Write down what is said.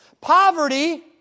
poverty